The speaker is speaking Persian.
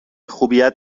خوبیت